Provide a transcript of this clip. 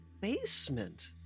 basement